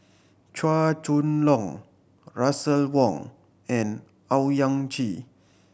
Chua Chong Long Russel Wong and Owyang Chi